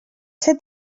ser